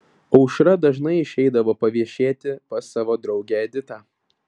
aušra dažnai išeidavo paviešėti pas savo draugę editą